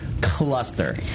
cluster